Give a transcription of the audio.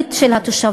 הכלכלית של התושבים.